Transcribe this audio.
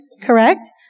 correct